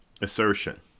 assertion